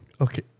Okay